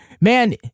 man